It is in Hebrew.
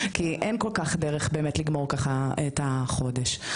כי אין באמת דרך לגמור ככה את החודש.